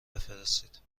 بفرستید